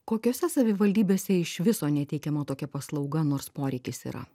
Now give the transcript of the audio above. kokiose savivaldybėse iš viso neteikiama tokia paslauga nors poreikis yra